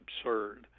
absurd